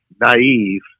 naive